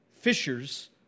fishers